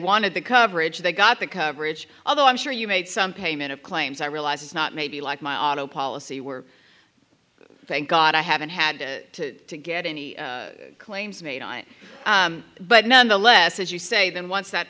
wanted the coverage they got the coverage although i'm sure you made some payment of claims i realize it's not maybe like my auto policy where thank god i haven't had to get any claims made on but nonetheless as you say then once that